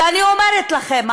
ואני אומרת לכם,